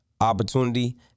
opportunity